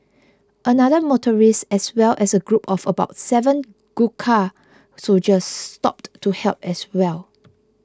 another motorist as well as a group of about seven Gurkha soldiers stopped to help as well